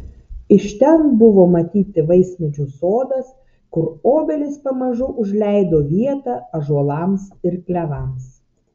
iš ten buvo matyti vaismedžių sodas kur obelys pamažu užleido vietą ąžuolams ir klevams